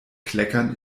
kleckern